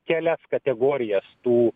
kelias kategorijas tų